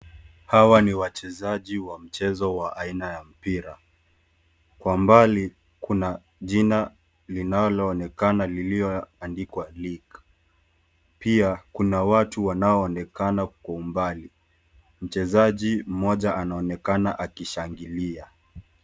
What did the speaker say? Hawa ni wachezaji wa mchezo wa aina ya mpira kwa mbali kuna jina linaonekana limeandikwa League . Pia kuna watu wanaoneakana kwa umbali, mchezaji mmoja anaonekana akishangilia.